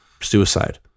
suicide